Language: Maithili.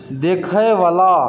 देखयवला